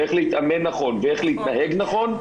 איך להתאמן נכון ואיך להתנהג נכון,